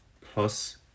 plus